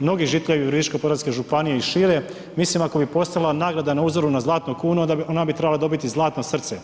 mnogi žitelji Virovitičko-podravske županije i šire, mislim ako bi postojala nagrada na uzoru na zlatnu kunu, ona bi trebala dobiti zlatno srce.